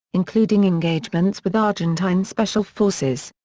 including engagements with argentine special forces.